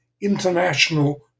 international